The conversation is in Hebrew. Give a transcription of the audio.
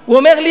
הוא אומר לי,